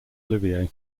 olivier